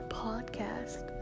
podcast